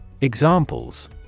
Examples